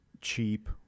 cheap